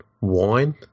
wine